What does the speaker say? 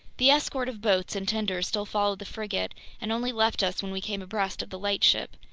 the escort of boats and tenders still followed the frigate and only left us when we came abreast of the lightship,